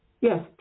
Yes